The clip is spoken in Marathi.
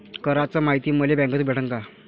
कराच मायती मले बँकेतून भेटन का?